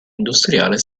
industriale